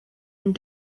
and